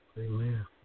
Amen